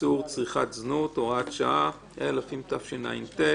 איסור צריכת זנות (הוראת שעה), התשע"ט-2018.